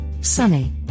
sunny